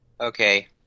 Okay